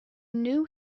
knew